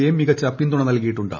A മികച്ച പിന്തുണ നൽകിയിട്ടുണ്ട്